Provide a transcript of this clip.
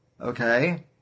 okay